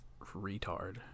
retard